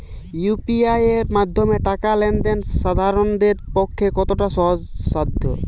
UPI এর মাধ্যমে টাকা লেন দেন সাধারনদের পক্ষে কতটা সহজসাধ্য?